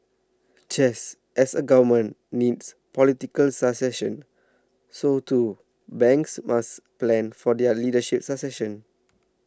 just as a Government needs political succession so too banks must plan for their leadership succession